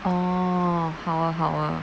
哦好啊好啊